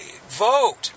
vote